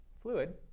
fluid